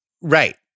Right